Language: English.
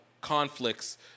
conflicts